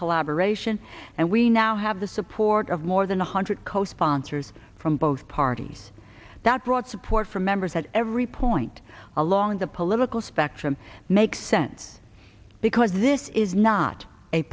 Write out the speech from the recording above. collaboration and we now have the support of more than one hundred co sponsors from both parties that broad support from members at every point along the political spectrum make sense because this is not a